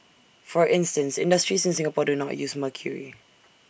for instance industries in Singapore do not use mercury